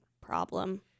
problem